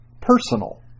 personal